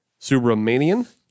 Subramanian